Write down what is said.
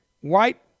white